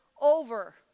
over